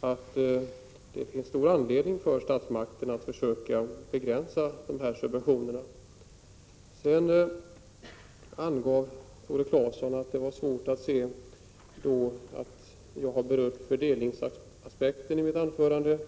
att det finns anledning för statsmakterna att försöka begränsa dem. Tore Claeson menade att det var svårt att uppfatta att jag berört fördelningsaspekten i mitt anförande.